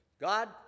God